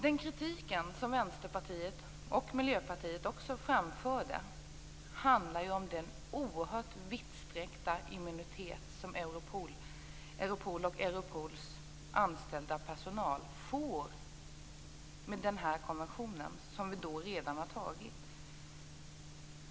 Den kritik som Vänsterpartiet och Miljöpartiet framförde handlade om den oerhört vidsträckta immunitet som Europol och Europols anställda personal får i och med den här konventionen, som vi alltså redan har antagit.